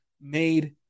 made